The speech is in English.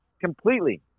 completely